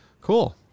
Cool